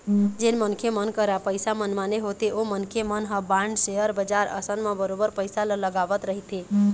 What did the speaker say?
जेन मनखे मन करा पइसा मनमाने होथे ओ मनखे मन ह बांड, सेयर बजार असन म बरोबर पइसा ल लगावत रहिथे